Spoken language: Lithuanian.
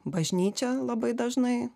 bažnyčia labai dažnai